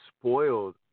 spoiled